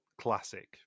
classic